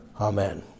Amen